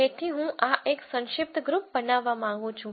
તેથી હું આ એક સંશિપ્ત ગ્રુપ બનાવવા માંગું છું